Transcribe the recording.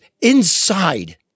inside